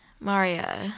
Mario